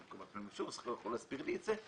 מישהו יכול להסביר לי את זה?